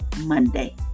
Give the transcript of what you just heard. Monday